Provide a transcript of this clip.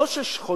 לא של חודשים,